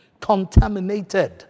contaminated